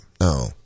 No